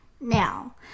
Now